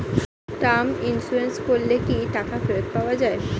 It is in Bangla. টার্ম ইন্সুরেন্স করলে কি টাকা ফেরত পাওয়া যায়?